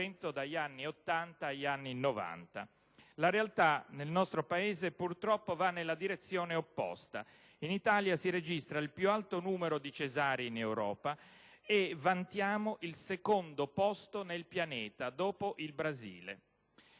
dagli anni Ottanta agli anni Novanta. La realtà nel nostro Paese va purtroppo nella direzione opposta. In Italia si registra il più alto numero di cesarei in Europa e vantiamo il secondo posto nel pianeta, dopo il Brasile.